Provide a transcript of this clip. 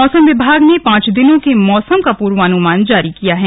मौसम विभाग ने पांच दिनों के मौसम का पूर्वानुमान जारी किया है